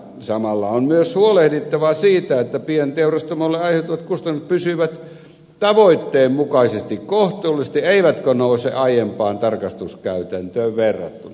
samalla on myös huolehdittava siitä että pienteurastamoille aiheutuvat kustannukset pysyvät tavoitteen mukaisesti kohtuullisina eivätkä nouse aiempaan tarkastuskäytäntöön verrattuna